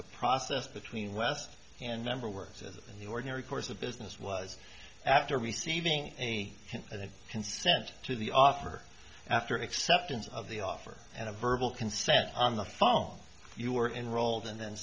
the process between west and member works in the ordinary course of business was after receiving any consent to the offer after an acceptance of the offer and a verbal consent on the phone you were enrolled and the